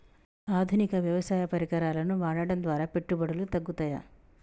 ఆధునిక వ్యవసాయ పరికరాలను వాడటం ద్వారా పెట్టుబడులు తగ్గుతయ?